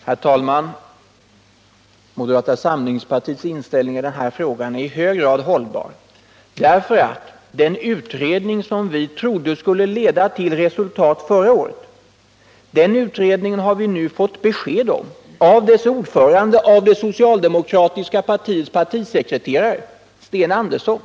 Herr talman! Moderata samlingspartiets inställning i den här frågan är i hög grad hållbar. När det gäller den utredning som vi trodde skulle leda till resultat förra året har vi nu fått besked av dess ordförande, det socialdemokratiska partiets partisekreterare Sten Andersson.